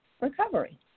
recovery